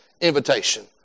invitation